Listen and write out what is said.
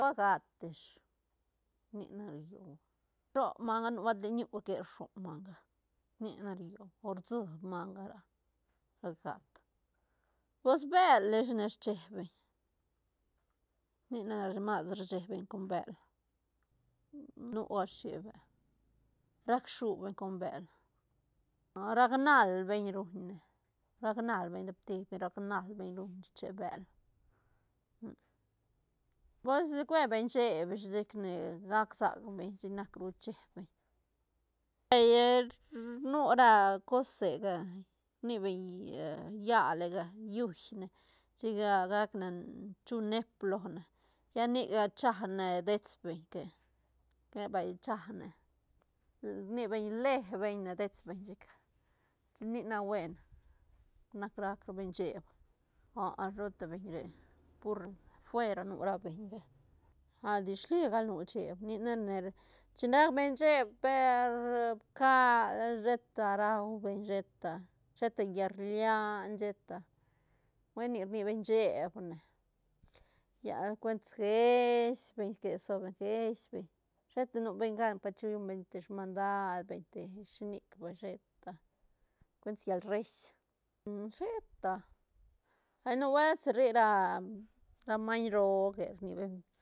gat ish nic na rulloba rshon manga nubuelt le ñu que rshon manga ni na ni rulloba o rsib manga ra- ra gat pues bël ish nesh rcheeb beñ nic nac masru rcheeb beñ con bël nua sheb bël rac shu beñ con bël rac nal beñ ruñ ne rac nal beñ dep te beñ rac nal beñ ruñ rcheeb bël pues cue beñ sheeb ish chic ne gac sac beñ chic nac ru cheeb beñ, nu ra cosega rni beñ yalega lliune chic gac ne chu neep lone lla nic chane dets beñ que- que vay chane ni beñ rle beñ dets beñ chic- chic nic nac buen nac rac beñ cheeb, ah a ruta beñ re pur fuera nu ra beñga, ah disligal nu sheeb ni ne- ne chin rac beñ cheeb per pcal sheta rau beñ sheta- sheta llal rlian sheta hui nic rni beñ cheeb ne lla cuentis geis beñ si que sobeñ geis beñ sheta nu beñ gan pa chilluñ beñ te mandad beñ te shinic vay sheta cuentis llal reis, sheta hay nubuelt si rri ra- ra maiñ roo que rni beñ.